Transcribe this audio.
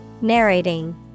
Narrating